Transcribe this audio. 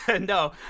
no